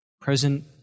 present